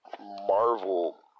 Marvel